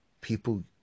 people